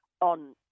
on